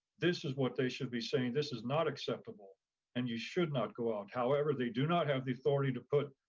this is what they should be saying, this is not acceptable and you should not go out. however, they do not have the authority to put